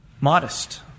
modest